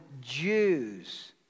Jews